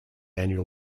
annual